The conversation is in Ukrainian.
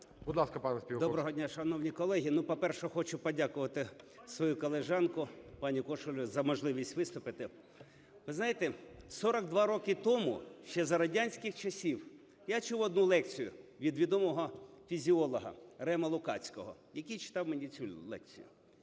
Доброго дня, шановні колеги! Ну, по-перше, хочу подякувати свою колежанку пані Кошелєву за можливість виступити. Ви знаєте, 42 роки тому, ще за радянських часів, я чув одну лекцію від відомого фізіолога Рема Лукацького, який читав мені цю лекцію.